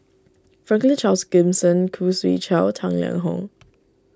Franklin Charles Gimson Khoo Swee Chiow Tang Liang Hong